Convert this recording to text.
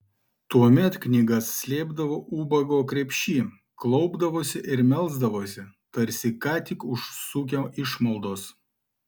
tuomet knygas slėpdavo ubago krepšy klaupdavosi ir melsdavosi tarsi ką tik užsukę išmaldos